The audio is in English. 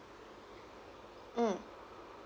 mm